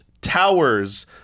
towers